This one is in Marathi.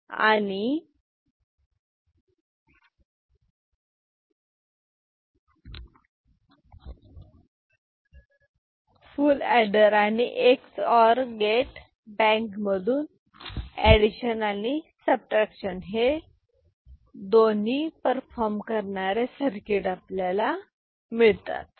आणि subtrahend किंवा addend इनपुट दिलेले फुल एडर आणि XOR गेट बँक मधून एडिशन आणि सबट्रॅक्शन दोन्ही परफॉर्म करणारे सर्किट मिळते